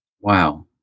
Wow